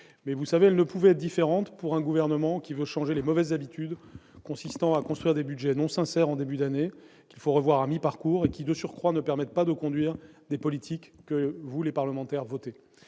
mais elle ne pouvait être différente pour un gouvernement qui veut changer les mauvaises habitudes consistant à construire des budgets non sincères en début d'année, qu'il faut revoir à mi-parcours et qui, de surcroît, ne permettent pas de conduire des politiques que vous et vos collègues parlementaires votez.